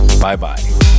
bye-bye